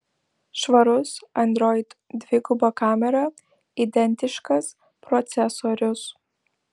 švarus android dviguba kamera identiškas procesorius